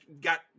got